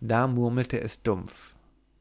da murmelte es dumpf